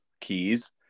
keys